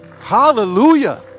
Hallelujah